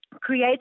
create